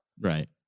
Right